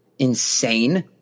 insane